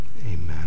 Amen